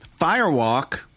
Firewalk